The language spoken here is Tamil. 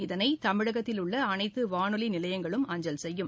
இதனை தமிழகத்தில் உள்ள அனைத்து வானொலி நிலையங்களும் அஞ்சல் செய்யும்